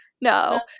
No